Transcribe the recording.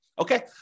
okay